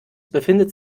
befindet